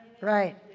right